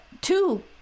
two